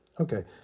Okay